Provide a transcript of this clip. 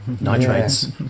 Nitrates